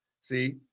See